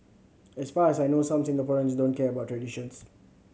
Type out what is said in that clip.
as far as I know some Singaporeans don't care about traditions